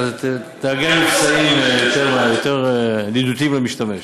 תארגן מבצעים יותר ידידותיים למשתמש.